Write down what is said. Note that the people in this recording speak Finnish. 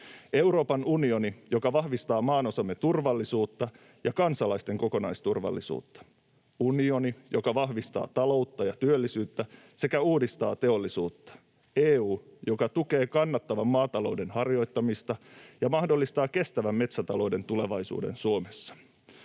Euroopan unioni, joka vahvistaa maanosamme turvallisuutta ja kansalaisten kokonaisturvallisuutta; unioni, joka vahvistaa taloutta ja työllisyyttä sekä uudistaa teollisuutta; EU, joka tukee kannattavan maatalouden harjoittamista ja mahdollistaa kestävän metsätalouden tulevaisuuden Suomessa.